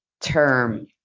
term